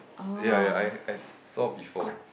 ya ya I I saw before